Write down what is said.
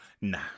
Nah